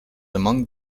among